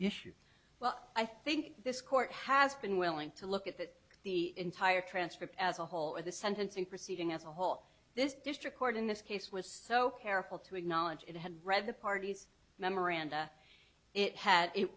well i think this court has been willing to look at that the entire transcript as a whole in the sentencing proceeding as a whole this district court in this case was so careful to acknowledge it had read the parties memoranda it had it